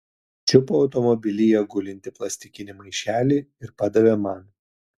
čiupo automobilyje gulintį plastikinį maišelį ir padavė man